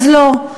אז לא,